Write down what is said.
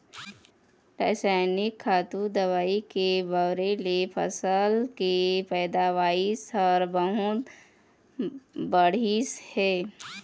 रसइनिक खातू, दवई के बउरे ले फसल के पइदावारी ह बहुत बाढ़िस हे